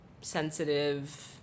sensitive